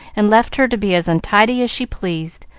and left her to be as untidy as she pleased,